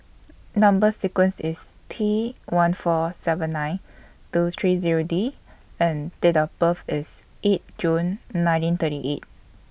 Number sequence IS T one four seven nine two three Zero D and Date of birth IS eight June nineteen thirty eight